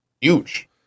huge